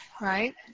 Right